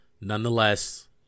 Nonetheless